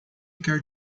quer